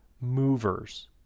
movers